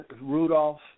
Rudolph